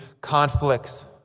conflicts